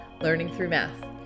learningthroughmath